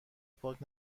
پاک